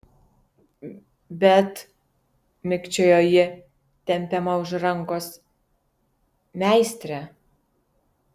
bet mikčiojo ji tempiama už rankos meistre